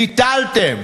ביטלתם,